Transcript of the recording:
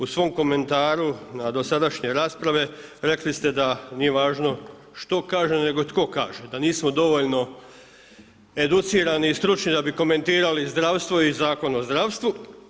U svom komentaru na dosadašnje rasprave rekli ste da nije važno što kaže nego tko kaže, da nismo dovoljno educirani i stručni da bi komentirali zdravstvo i Zakon o zdravstvu.